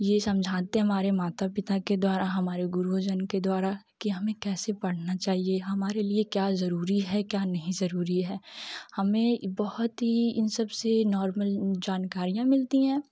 यह समझाते हैं हमारे माता पिता के द्वारा हमारे गुरुजन के द्वारा की हमें कैसे पढ़ना चाहिए हमारे लिए क्या ज़रूरी है क्या नहीं ज़रूरी है हमें बहुत ही इन सब से नॉर्मल जानकारियाँ मिलती है